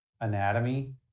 anatomy